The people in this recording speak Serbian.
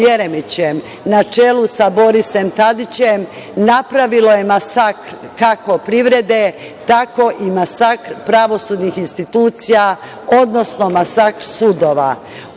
na čelu sa Borisom Tadićem, napravilo je masakr kako privrede, tako i masakr pravosudnih institucija, odnosno masakr sudova. Oni